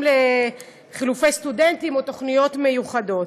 לחילופי סטודנטים או תוכניות מיוחדות.